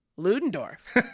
Ludendorff